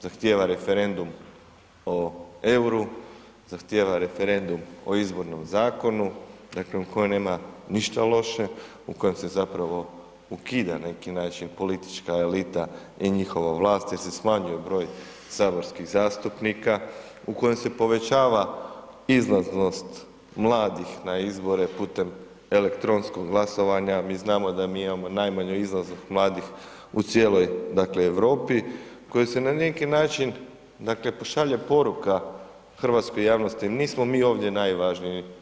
Zahtjeva referendum o euru, zahtjeva referendum o Izbornom zakonu, dakle, u kojem nema ništa loše, u kojem se zapravo ukida na neki način, politička elita i njihova vlast jer se smanjuje broj saborskih zastupnika, u kojem se povećava izlaznost mladih na izbore putem elektronskog glasovanja, mi znamo da mi imamo najmanju izlaznost mladih u cijeloj Europi koji se na neki način, pošalje poruka hrvatskoj javnosti, nismo mi ovdje najvažniji.